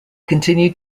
continued